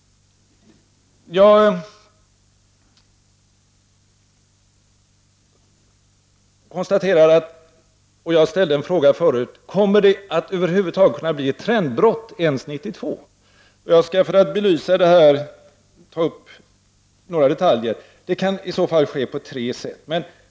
Jag ställde en fråga förut: Kommer det att över huvud taget kunna bli ett trendbrott ens 1992? Jag skall för att belysa detta ta upp några detaljer. Det kan i så fall ske på tre sätt.